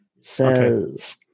says